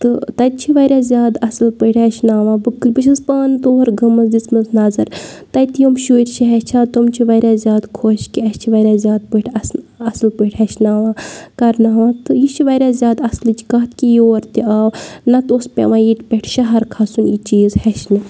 تہٕ تَتہِ چھِ واریاہ زیادٕ اَصٕل پٲٹھۍ ہیٚچھناوان بہٕ بہٕ چھَس پانہٕ تور گٔمٕژ دِژمٕژ نظر تَتہِ یِم شُرۍ چھِ ہیٚچھان تِم چھِ واریاہ زیادٕ خۄش کہِ اَسہِ چھِ واریاہ زیادٕ پٲٹھۍ اَس اَصٕل پٲٹھۍ ہیٚچھناوان کَرناوان تہٕ یہِ چھِ واریاہ زیادٕ اَصلٕچ کَتھ کہِ یور تہِ آو نَتہٕ اوس پیٚوان ییٚتہِ پٮ۪ٹھ شہر کھَسُن یہِ چیٖز ہیٚچھنہِ